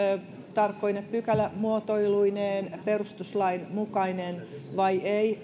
tarkkoine pykälämuotoiluineen perustuslain mukainen vai ei